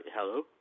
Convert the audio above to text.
Hello